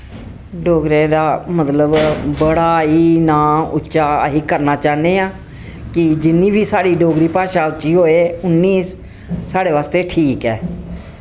डोगरें दा मतलब बड़ा ही नां उच्चा असी करना चाह्ने आं कि जिन्नी वी साढ़ी डोगरी भाशा उच्ची होए उन्नी साढ़े वास्ते ठीक ऐ